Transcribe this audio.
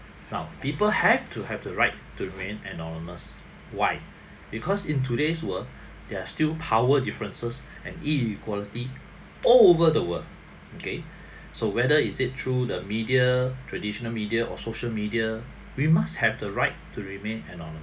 now people have to have the right to remain anonymous why because in today's world there are still power differences and inequality all over the world okay so whether is it through the media traditional media or social media we must have the right to remain anony~